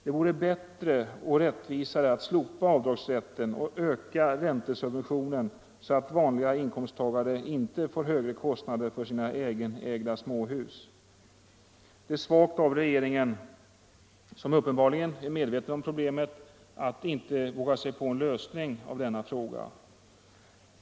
Det vore bättre och rättvisare att slopa avdragsrätten och öka räntesubventionen, så att vanliga inkomsttagare inte får högre kostnader för sina egenägda småhus. Det är svagt av regeringen, som uppenbarligen är medveten om problemet, att inte våga sig på en lösning av denna fråga.